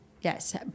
yes